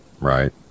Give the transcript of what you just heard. Right